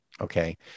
okay